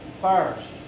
First